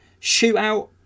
shootout